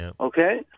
Okay